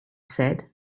said